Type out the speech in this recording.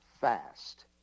fast